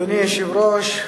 אדוני היושב-ראש,